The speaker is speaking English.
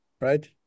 right